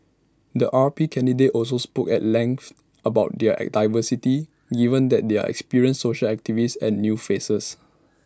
the R P candidates also spoke at length about their diversity even that they are experienced social activists and new faces